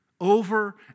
Over